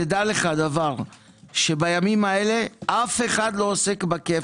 תדע לך שבימים האלה אף אחד לא עוסק בנושא הזה.